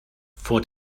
vor